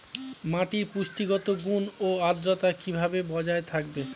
মাটির পুষ্টিগত গুণ ও আদ্রতা কিভাবে বজায় থাকবে?